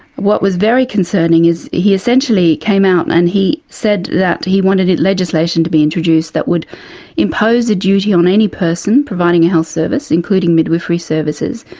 what was very concerning is he essentially came out and he said that he wanted legislation to be introduced that would impose a duty on any person providing a health service, including midwifery services,